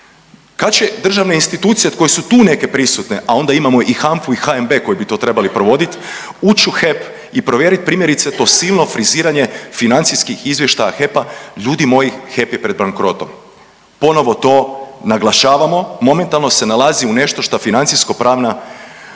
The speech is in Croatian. Kad će državne institucije od kojih su tu neke prisutne, a onda imamo i HANFA-u i HNB koji bi to trebali provoditi ući u HEP i provjeriti primjerice to silno friziranje financijskih izvještaja HEP-a. Ljudi moji HEP je pred bankrotom! Ponovo to naglašavamo. Momentalno se nalazi u nešto što financijsko-pravna